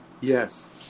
Yes